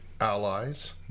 allies